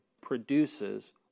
produces